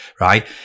right